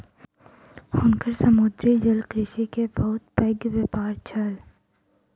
हुनकर समुद्री जलकृषि के बहुत पैघ व्यापार छल